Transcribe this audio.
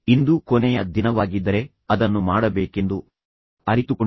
ಇಂದು ಆ ಕೊನೆಯ ದಿನವಾಗಿದ್ದರೆ ಅವನು ಅದನ್ನು ಮಾಡಬೇಕೆಂದು ಅರಿತುಕೊಂಡನು